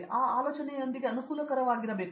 ಅವರು ಆಲೋಚನೆಯೊಂದಿಗೆ ಅನುಕೂಲಕರವಾಗಿರಬೇಕು